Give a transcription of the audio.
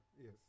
Yes